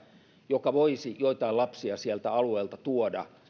joka voisi joitain lapsia sieltä alueelta tuoda